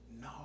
No